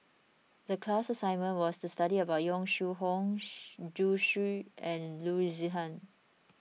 the class assignment was to study about Yong Shu Hoong Zhu Xu and Loo Zihan